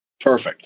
Perfect